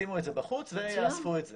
ישימו את זה בחוץ ויאספו את זה.